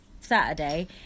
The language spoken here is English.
Saturday